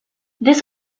this